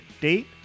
date